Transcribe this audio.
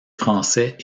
français